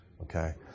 Okay